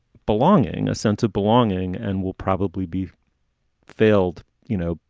belonging, a sense of belonging and will probably be failed, you know.